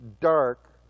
dark